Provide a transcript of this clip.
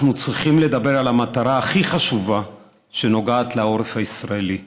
צריכים לדבר על המטרה הכי חשובה שנוגעת לעורף הישראלי,